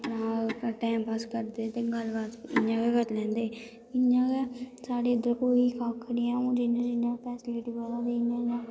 time pass करदे ते गल्ल बात इ'यां गै करी लैंदे इ'यां गै साढ़े इद्धर कोई कक्ख निं ऐ हून जियां जियां फैसलिटी बधा दी इ'यां इ'यां